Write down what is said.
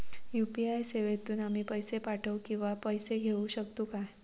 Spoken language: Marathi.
यू.पी.आय सेवेतून आम्ही पैसे पाठव किंवा पैसे घेऊ शकतू काय?